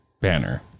banner